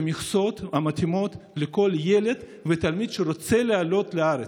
המכסות המתאימות לכל ילד ותלמיד שרוצה לעלות לארץ.